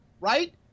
right